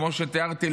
כמו שתיארתי,